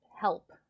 help